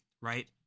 right